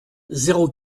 zéro